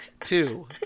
two